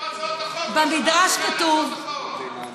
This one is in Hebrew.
במדרש כתוב, איפה הצעות החוק?